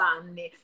anni